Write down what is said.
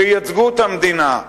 שייצגו את המדינה.